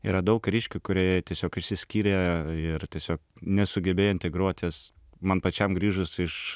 yra daug kariškių kurie tiesiog išsiskyrė ir tiesiog nesugebėjo integruotis man pačiam grįžus iš